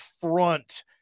front